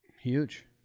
Huge